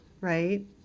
right